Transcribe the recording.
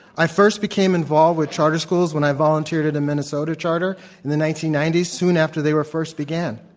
i first became involved with charter schools when i volunteered at a minnesota charter in the nineteen ninety s sooner after they were first began.